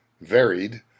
varied